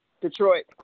Detroit